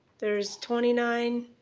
there's twenty nine,